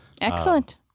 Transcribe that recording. Excellent